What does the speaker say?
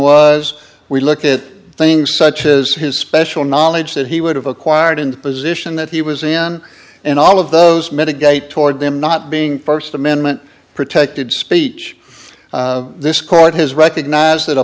was we look at things such as his special knowledge that he would have acquired in the position that he was in and all of those mitigate toward them not being first amendment protected speech this court has recognized that a